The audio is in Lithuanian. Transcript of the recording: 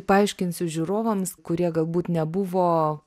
paaiškinsiu žiūrovams kurie galbūt nebuvo